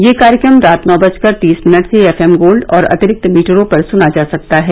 यह कार्यक्रम रात नौ बजकर तीस मिनट से एफएम गोल्ड और अतिरिक्त मीटरों पर सुना जा सकता है